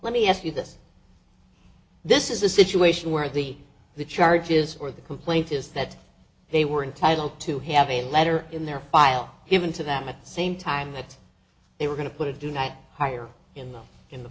let me ask you this this is a situation where the the charges or the complaint is that they were entitled to have a letter in their file given to them at the same time that they were going to put it denied higher in the in the